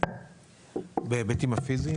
בהיבטים הפיזיים?